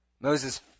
Moses